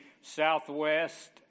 southwest